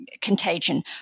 Contagion